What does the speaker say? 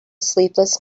sleepless